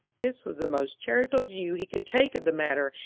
this was the most charitable view he could take of the matter,